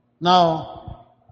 Now